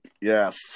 yes